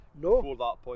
No